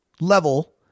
level